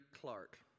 Clark